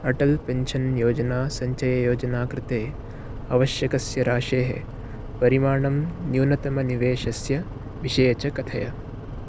Atal pension Yojana सञ्चययोजना कृते आवश्यकस्य राशेः परिमाणं न्यूनतमनिवेशस्य विषये च कथय